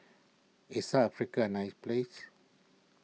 is South Africa a nice place